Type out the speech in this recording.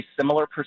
similar